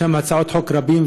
יש הצעות חוק רבות,